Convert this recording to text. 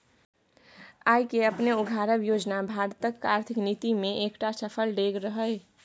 आय केँ अपने उघारब योजना भारतक आर्थिक नीति मे एकटा सफल डेग रहय